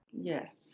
Yes